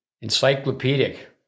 Encyclopedic